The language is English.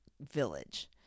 village